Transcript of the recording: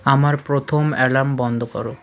আমার প্রথম অ্যালার্ম বন্ধ করো